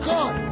God